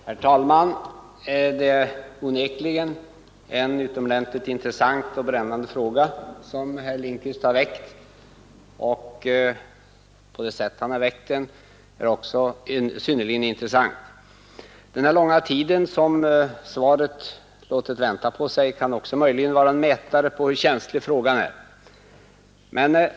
Herr talman! Det är onekligen en utomordentligt intressant och brännande fråga som herr Lindkvist har väckt, och det sätt på vilket han väckt den är också synnerligen intressant. Den långa tid som svaret låtit vänta på sig kan också möjligen vara en mätare på hur känslig frågan är.